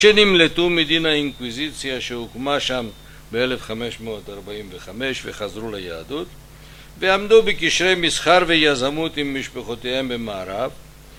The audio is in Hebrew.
שנמלטו מדין האינקוויזיציה שהוקמה שם ב-1545 וחזרו ליהדות ועמדו בקשרי מסחר ויזמות עם משפחותיהם במערב